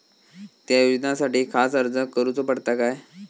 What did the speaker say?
त्या योजनासाठी खास अर्ज करूचो पडता काय?